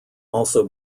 also